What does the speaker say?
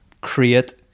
create